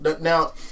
Now